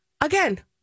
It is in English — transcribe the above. again